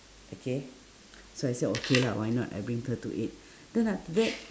okay so I said okay lah why not I bring her to eat then after that